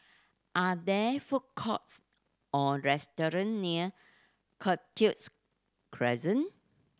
are there food courts or restaurant near Cactus Crescent